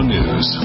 News